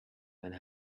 and